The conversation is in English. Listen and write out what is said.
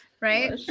right